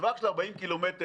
הטווח של 40 קילומטר,